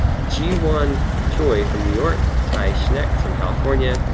jiwan choi from new york. tai schneck from california.